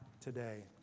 today